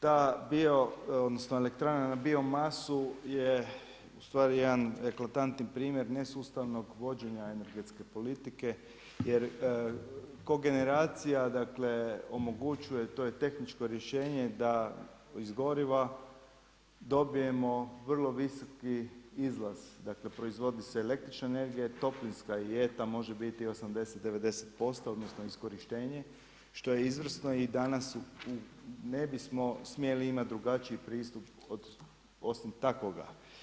Ta bio odnosno elektrana na biomasu je ustvari jedan eklatantni primjer nesustavnog vođenja energetske politike jer kogeneracija omogućuje to je tehničko rješenje da ih goriva dobijemo vrlo visoki izlaz, dakle proizvodi se električna energija i toplinska … može biti 80, 90% odnosno iskorištenje što je izvrsno i danas ne bismo smjeli imati drugačiji pristup osim takvoga.